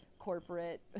corporate